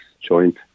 joint